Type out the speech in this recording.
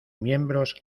miembros